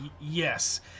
Yes